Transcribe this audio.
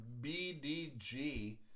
BDG